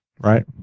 Right